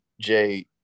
Jay